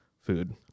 food